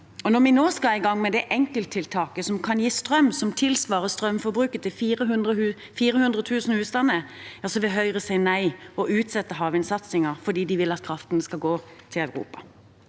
Når vi nå skal i gang med det enkelttiltaket som kan gi strøm som tilsvarer strømforbruket til 400 000 husstander, vil Høyre si nei og utsette havvindsatsingen fordi de vil at kraften skal gå til Europa.